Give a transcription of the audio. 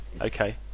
Okay